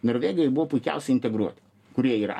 norvegijoj buvo puikiausiai integruoti kurie yra